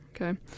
Okay